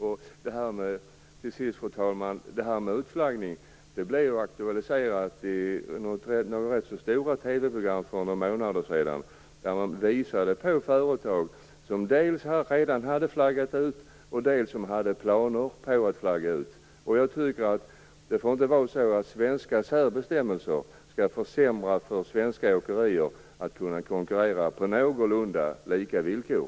Till sist, fru talman, blev ju detta med utflaggning aktualiserat i rätt stora TV-program för några månader sedan, då man visade företag som redan hade flaggat ut och företag som hade planer på att flagga ut. Det får inte vara så att svenska särbestämmelser skall försämra möjligheten för svenska åkerier att konkurrera på någorlunda lika villkor.